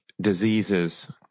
diseases